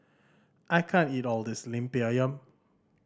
I can't eat all of this Lemper Ayam